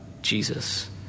Jesus